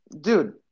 Dude